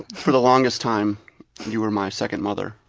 for the longest time you were my second mother.